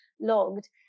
logged